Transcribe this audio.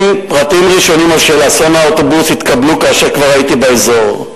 פרטים ראשונים על אסון האוטובוס התקבלו כאשר כבר הייתי באזור,